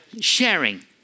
sharing